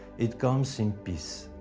it comes in peace.